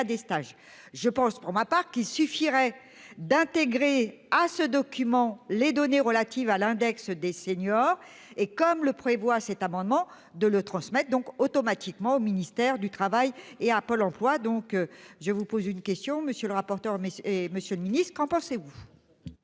des stages je pense pour ma part qu'il suffirait d'intégrer à ce document, les données relatives à l'index des seniors et comme le prévoit cet amendement de le transmettre donc automatiquement au ministère du Travail et un pôle emploi donc je vous pose une question monsieur le rapporteur. Et Monsieur le Ministre, qu'en pensez-vous.